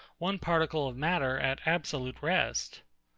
one particle of matter at absolute rest.